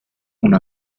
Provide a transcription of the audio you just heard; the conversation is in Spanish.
una